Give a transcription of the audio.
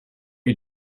you